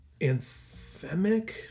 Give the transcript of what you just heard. anthemic